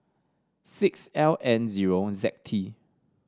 six L N zero Z T